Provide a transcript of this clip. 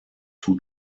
two